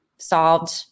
solved